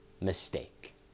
Mistake